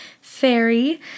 fairy